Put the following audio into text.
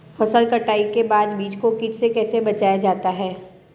फसल कटाई के बाद बीज को कीट से कैसे बचाया जाता है?